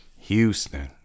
Houston